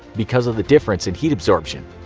because of the difference in heat absorption.